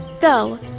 Go